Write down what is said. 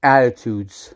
Attitudes